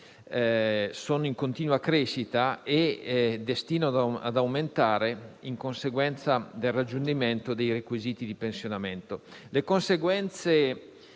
sono in continua crescita e destinati ad aumentare, a seguito del raggiungimento dei requisiti di pensionamento,